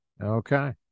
Okay